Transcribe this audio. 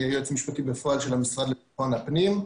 אני היועץ המשפטי בפועל של המשרד לביטחון הפנים.